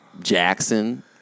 Jackson